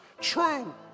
true